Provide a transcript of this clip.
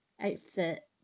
outfit